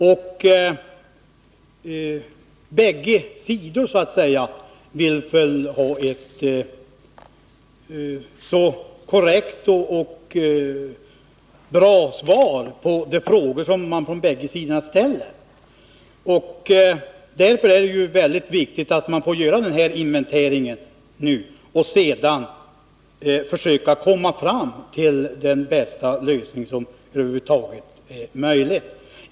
Från bägge sidor vill man väl ha ett så korrekt och bra svar som möjligt på sina frågor. Därför är det synnerligen viktigt att nämnda inventering nu görs. Sedan får man försöka komma fram till bästa möjliga lösning.